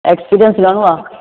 experience घणो आहे